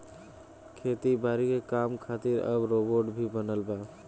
खेती बारी के काम खातिर अब रोबोट भी बनल बा